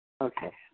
Okay